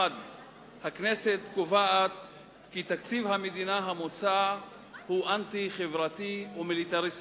1. הכנסת קובעת כי תקציב המדינה המוצע הוא אנטי-חברתי ומיליטריסטי.